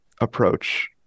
approach